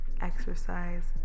exercise